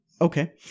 Okay